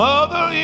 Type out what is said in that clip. Mother